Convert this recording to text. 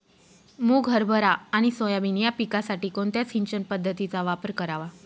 मुग, हरभरा आणि सोयाबीन या पिकासाठी कोणत्या सिंचन पद्धतीचा वापर करावा?